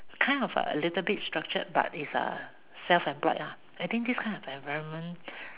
kind of a little bit structured but is uh self employed lah I think this kind of environment